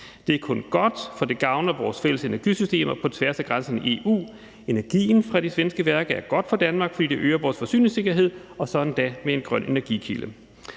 Det er kun godt, for det gavner vores fælles energisystemer på tværs af grænserne i EU. Energien fra de svenske værker er godt for Danmark, fordi det øger vores forsyningssikkerhed – og så endda med en grøn energikilde.